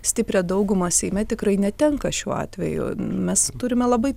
stiprią daugumą seime tikrai netenka šiuo atveju mes turime labai